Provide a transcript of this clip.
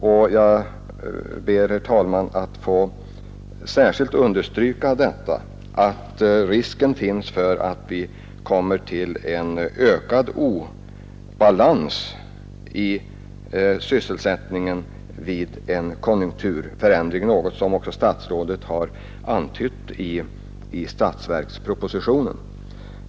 Jag ber, herr talman, än en gång särskilt få understryka att det finns risk för en ökad obalans i sysselsättningen vid en konjunkturförändring.